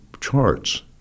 charts